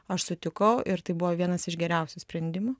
aš sutikau ir tai buvo vienas iš geriausių sprendimų